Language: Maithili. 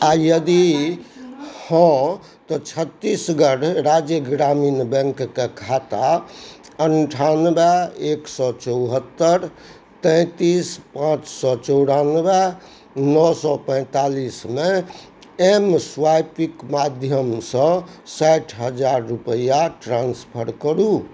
आ यदि हँ तऽ छत्तीसगढ़ राज्य ग्रामीण बैंक कऽ खाता अणठानबे एक सए चौहत्तर तैंतीस पांँच सए चौरानबे नओ सए पैंतालिसमे एम स्वापिके माध्यमसँ साठि हजार रुपआ ट्रांसफर करू